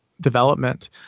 development